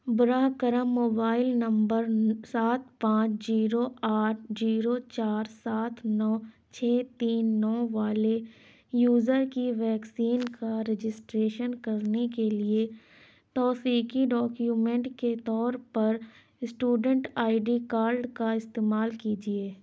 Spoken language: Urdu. براہِ کرم موبائل نمبر سات پانچ جیرو آٹھ جیرو چار سات نو چھ تین نو والے یوزر کی ویکسین کا رجسٹریشن کرنے کے لیے توفیقی ڈاکیومنٹ کے طور پر اسٹوڈنٹ آئی ڈی کارڈ کا استعمال کیجیے